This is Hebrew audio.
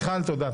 מיכל, תודה.